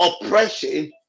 oppression